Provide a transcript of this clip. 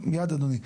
מייד אדוני,